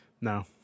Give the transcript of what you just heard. No